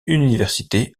université